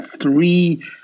three